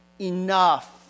enough